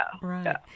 right